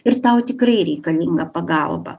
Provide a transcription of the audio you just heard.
ir tau tikrai reikalinga pagalba